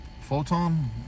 Photon